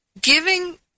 giving